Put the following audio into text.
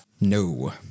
No